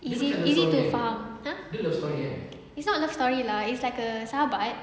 easy easy to faham !huh! it's not love story ah it's like a sahabat